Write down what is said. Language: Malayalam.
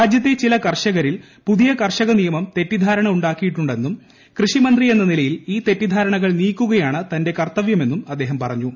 രാജ്യത്തെ ചില കർഷകരിൽ പുതിയ കർഷകനിയമം തെറ്റിദ്ധാരണ ഉണ്ടാക്കിയിട്ടുണ്ടെന്നും കൃഷിമന്ത്രി എന്ന നിലയിൽ ഈ തെറ്റിദ്ധാരണകൾ നീക്കുകയാണ് തന്റെ കർത്തവ്യമെന്നും അദ്ദേഹം പറഞ്ഞു